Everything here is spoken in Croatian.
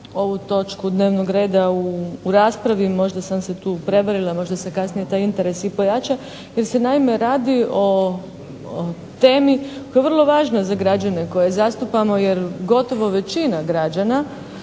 ovu točku dnevnog reda u raspravi. Možda sam se tu prevarila, možda se kasnije taj interes i pojača. Jer naime, radi se o temi koja je vrlo važna za građane koje zastupamo jer gotovo većina građana